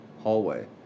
hallway